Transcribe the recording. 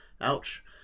Ouch